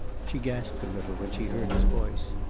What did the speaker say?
she gasped a little when she heard his voice.